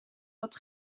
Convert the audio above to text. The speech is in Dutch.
wat